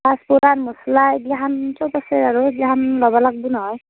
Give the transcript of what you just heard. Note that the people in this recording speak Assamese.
পাঁচফোৰণ মছলা এইগিলাখান সব আছে আৰু এইগিলাখান ল'ব লাগব' নহয়